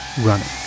running